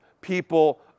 people